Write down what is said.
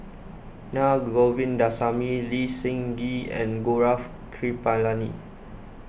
Na Govindasamy Lee Seng Gee and Gaurav Kripalani